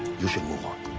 you should move on.